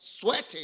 sweating